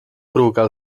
provocar